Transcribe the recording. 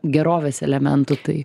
gerovės elementų tai